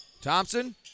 Thompson